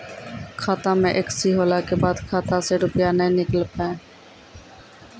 खाता मे एकशी होला के बाद खाता से रुपिया ने निकल पाए?